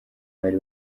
bari